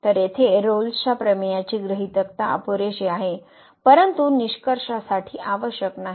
तर येथे रोलच्या प्रमेयाची गृहीतकता पुरेशी आहे परंतु निष्कर्षासाठी आवश्यक नाही